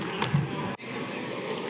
Hvala,